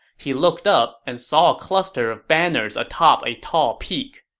he looked up and saw a cluster of banners atop a tall peak.